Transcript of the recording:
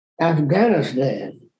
Afghanistan